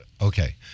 okay